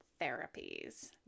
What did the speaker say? therapies